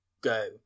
go